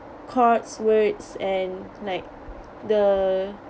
chords words and like the